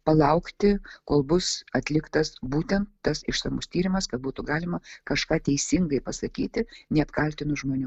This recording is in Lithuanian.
palaukti kol bus atliktas būtent tas išsamus tyrimas kad būtų galima kažką teisingai pasakyti neapkaltinus žmonių